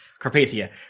Carpathia